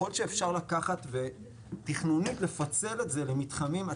להיות שאפשר לקחת ותכנונית לפצל את זה למתחמים.